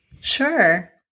Sure